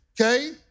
okay